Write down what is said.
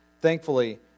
thankfully